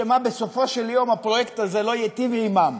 שמא בסופו של יום הפרויקט הזה לא ייטיב עמם,